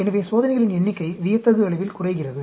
எனவே சோதனைகளின் எண்ணிக்கை வியத்தகு அளவில் குறைகிறது